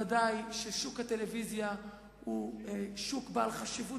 ודאי ששוק הטלוויזיה הוא שוק בעל חשיבות